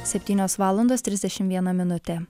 septynios valandos trisdešim viena minutė